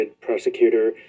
prosecutor